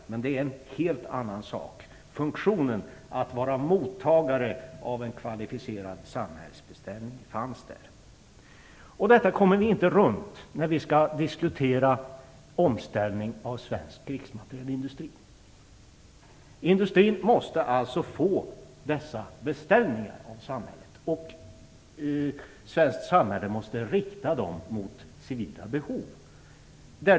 Men det är en helt annan sak. Funktionen att vara mottagare av en kvalificerad samhällsbeställning fanns där. Detta kommer vi inte runt när vi skall diskutera omställning av svensk krigsmaterielindustri. Industrin måste alltså få dessa beställningar av samhället, och svenskt samhälle måste rikta dem efter civila behov.